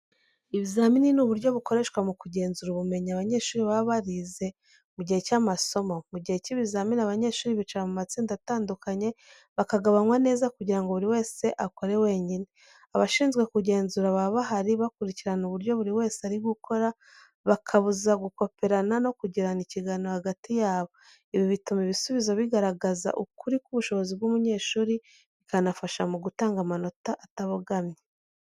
Ibizamini ni uburyo bukoreshwa mu kugenzura ubumenyi abanyeshuri baba barize mu gihe cy’amasomo. Mu gihe cy'ibizamini, abanyeshuri bicara mu matsinda atandukanye, bakagabanywa neza kugira ngo buri wese akore wenyine. Abashinzwe kugenzura baba bahari, bakurikirana uburyo buri wese ari gukora, bakabuza gukoperana no kugirana ikiganiro hagati yabo. Ibi bituma ibisubizo bigaragaza ukuri k’ubushobozi bw’umunyeshuri, bikanafasha mu gutanga amanota atabogamye.